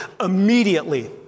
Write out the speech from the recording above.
immediately